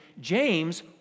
James